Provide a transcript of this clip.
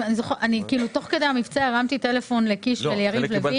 תוך כדי המבצע הרמתי טלפון לקיש וליריב לוין.